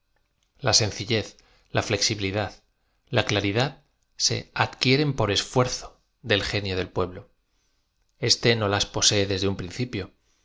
a sencillez la flexibilidad la claridad se ad quiéten p o r u fuerzo del genio del pueblo éste no las posee desde un principio